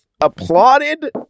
applauded